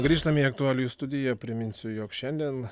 grįžtame į aktualijų studiją priminsiu jog šiandien